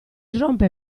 rompe